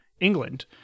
England